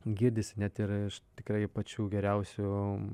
girdisi net ir iš tikrai pačių geriausių